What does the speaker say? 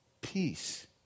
Peace